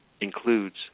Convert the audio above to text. includes